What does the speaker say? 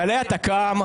כללי התק"מ,